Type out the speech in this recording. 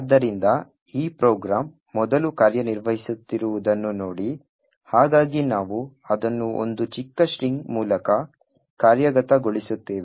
ಆದ್ದರಿಂದ ಈ ಪ್ರೋಗ್ರಾಂ ಮೊದಲು ಕಾರ್ಯನಿರ್ವಹಿಸುತ್ತಿರುವುದನ್ನು ನೋಡಿ ಹಾಗಾಗಿ ನಾವು ಅದನ್ನು ಒಂದು ಚಿಕ್ಕ ಸ್ಟ್ರಿಂಗ್ ಮೂಲಕ ಕಾರ್ಯಗತಗೊಳಿಸುತ್ತೇವೆ